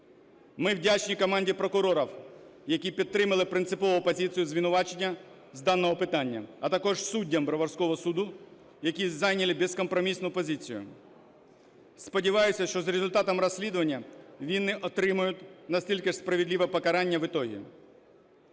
Ми вдячні команді прокурорів, які підтримали принципову позицію звинувачення з даного питання, а також суддям Броварського суду, які зайняли безкомпромісну позицію. Сподіваюсь, що за результатами розслідування винні отримають настільки ж справедливе покарання в ітоге.